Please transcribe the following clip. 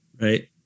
right